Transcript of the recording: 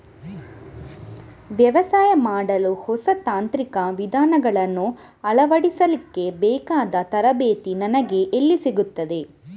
ವ್ಯವಸಾಯ ಮಾಡಲು ಹೊಸ ತಾಂತ್ರಿಕ ವಿಧಾನಗಳನ್ನು ಅಳವಡಿಸಲಿಕ್ಕೆ ಬೇಕಾದ ತರಬೇತಿ ನನಗೆ ಎಲ್ಲಿ ಸಿಗುತ್ತದೆ?